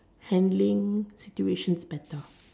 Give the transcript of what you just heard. handling situations better